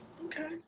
Okay